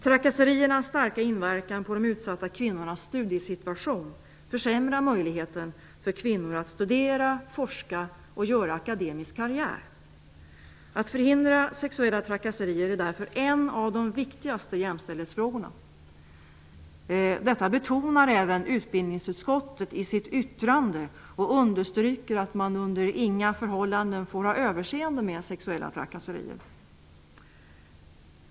Trakasseriernas starka inverkan på de utsatta kvinnornas studiesituation försämrar möjligheterna för kvinnor att studera, forska och göra akademisk karriär. Att förhindra sexuella trakasserier är därför en av de viktigaste jämställdhetsfrågorna. Utbildningsutskottet betonar även detta i sitt yttrande och understryker att man under inga förhållanden får ha överseende med sexuella trakasserier.